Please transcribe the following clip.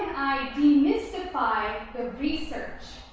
demystify the research?